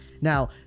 Now